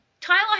Tyler